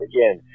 Again